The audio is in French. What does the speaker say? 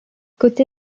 côté